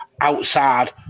outside